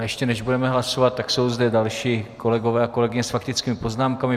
Ještě než budeme hlasovat, tak jsou zde další kolegové a kolegyně s faktickými poznámkami.